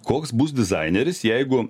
koks bus dizaineris jeigu